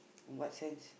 in what sense